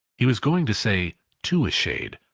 he was going to say to a shade,